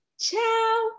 ciao